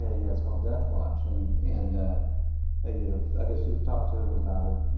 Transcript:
and yeah, it's called death watch and, and ah you know, i guess you've talked to him about it.